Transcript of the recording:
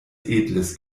edles